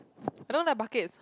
I don't like buckets